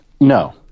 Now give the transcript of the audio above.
No